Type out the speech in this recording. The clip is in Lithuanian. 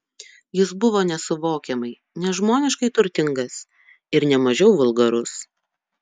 jis buvo nesuvokiamai nežmoniškai turtingas ir ne mažiau vulgarus